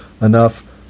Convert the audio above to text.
enough